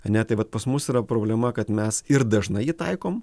ane tai vat pas mus yra problema kad mes ir dažnai jį taikom